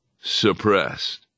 suppressed